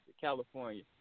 California